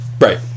Right